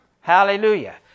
Hallelujah